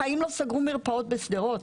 בחיים לא סגרו מרפאות בשדרות.